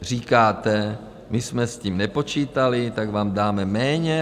Říkáte, my jsme s tím nepočítali, tak vám dáme méně.